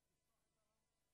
אני אאפשר לך.